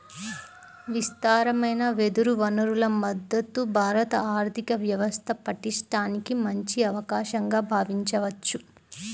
విస్తారమైన వెదురు వనరుల మద్ధతు భారత ఆర్థిక వ్యవస్థ పటిష్టానికి మంచి అవకాశంగా భావించవచ్చు